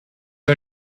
are